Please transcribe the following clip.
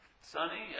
Sunny